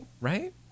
Right